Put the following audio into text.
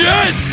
Yes